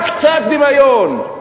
רק קצת דמיון,